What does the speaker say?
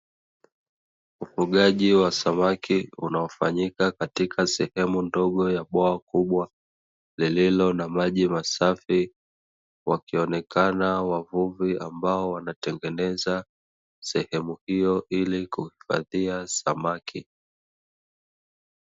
Ufugaji wa samaki unaofanyika katika sehemu ndogo ya bwawa kubwa lililo na maji masafi. Wakionekana wavuvi ambao wanatengeneza sehemu hiyo ili kuhifadhia samaki.